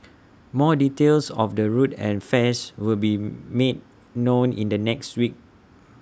more details of the route and fares will be made known in the next weeks